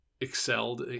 excelled